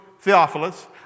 Theophilus